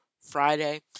Friday